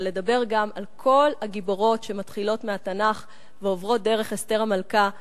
אלא לדבר גם על כל הגיבורות שמתחילות בתנ"ך ועוברות דרך אסתר המלכה,